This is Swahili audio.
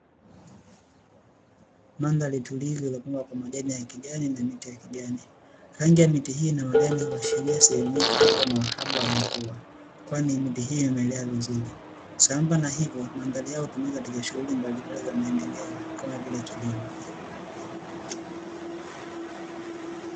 Mandhari tulivo iliyopambwa kwa majani ya kijani na miti ya kijani, rangi ya miti hii na majani huashiria sehemu hii kutokuwa na uhaba wa mvua, kwani miti hii imeelea vizuri, sambamba na hivyo mandhari hayo hutumika katika shughuli mbalimbali za maendeleo kama vile kilimo.